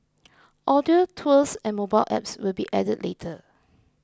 audio tours and mobile apps will be added later